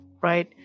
right